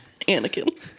Anakin